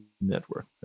network